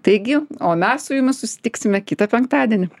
taigi o mes su jumis susitiksime kitą penktadienį